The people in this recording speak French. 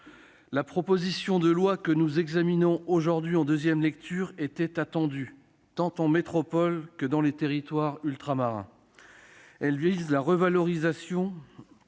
La proposition de loi que nous examinons aujourd'hui en deuxième lecture était très attendue, tant en métropole que dans les territoires ultramarins. Elle vise à revaloriser